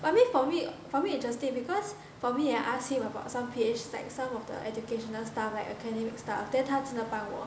I mean for me for me interesting because for me I ask him about some place like some of the educational stuff like academic stuff then 他真的帮我